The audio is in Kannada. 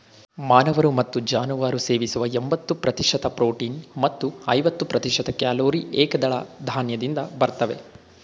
ಮಾನವರು ಮತ್ತು ಜಾನುವಾರು ಸೇವಿಸುವ ಎಂಬತ್ತು ಪ್ರತಿಶತ ಪ್ರೋಟೀನ್ ಮತ್ತು ಐವತ್ತು ಪ್ರತಿಶತ ಕ್ಯಾಲೊರಿ ಏಕದಳ ಧಾನ್ಯದಿಂದ ಬರ್ತವೆ